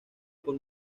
por